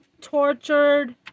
tortured